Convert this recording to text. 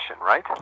right